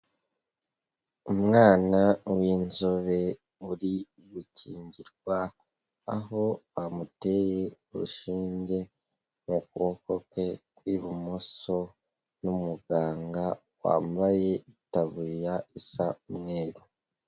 Umwana w'inzobe uri gukingirwa, aho bamuteye urushinge ku kuboko kwe kw'ibumoso n'umuganga kwambaye itabuya isa umweru.